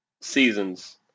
seasons